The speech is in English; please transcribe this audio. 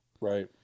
right